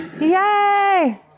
Yay